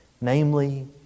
Namely